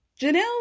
Janelle